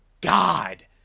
God